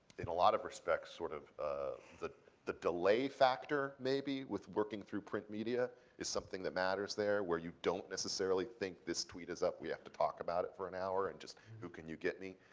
in a lot of respects sort of the delay the delay factor maybe with working through print media is something that matters there where you don't necessarily think this tweet is up we have to talk about it for an hour and just who can you get me?